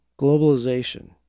Globalization